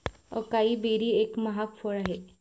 acai berry एक महाग फळ आहे